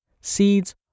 seeds